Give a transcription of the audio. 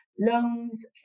Loans